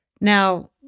Now